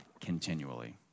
continually